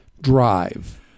drive